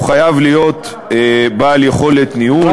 הוא חייב להיות בעל יכולת ניהול וגמישות,